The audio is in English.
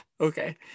Okay